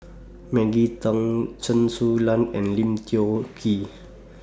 Maggie Teng Chen Su Lan and Lim Tiong Ghee